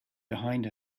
behind